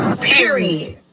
period